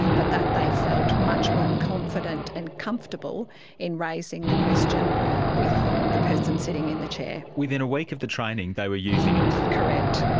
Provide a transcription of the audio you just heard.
but that they felt much more confident and comfortable in raising the question with the person sitting in the chair. within a week of the training they were using it. correct.